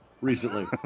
recently